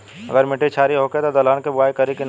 अगर मिट्टी क्षारीय होखे त दलहन के बुआई करी की न?